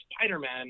Spider-Man